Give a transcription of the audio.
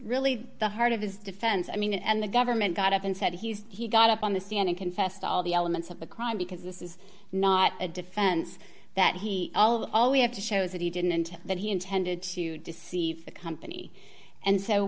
really the heart of his defense i mean and the government got up and said he got up on the sea and confessed all the elements of the crime because this is not a defense that he all all we have to show is that he didn't intend that he intended to deceive the company and so